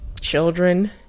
children